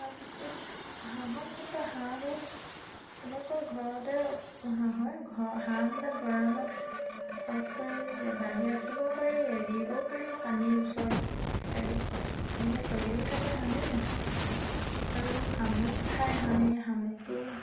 তাৰপিছত হাঁহৰ ক্ষেত্ৰত হাঁহো তেনেকৈ ঘৰতে পোহা হয় ঘৰ হাঁহবিলাক গড়ালত ভালকৈ বান্ধি ৰাখিবও পাৰি এৰিবও পাৰি পানী ওচৰত ফিচাৰীত এনেকৈ চৰিও থাকে হাঁহে আৰু শামুক খায় হাঁহে শামুকটো